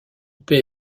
paie